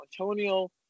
Antonio